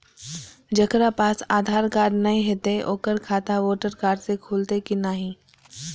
जकरा पास आधार कार्ड नहीं हेते ओकर खाता वोटर कार्ड से खुलत कि नहीं?